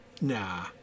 Nah